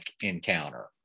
encounter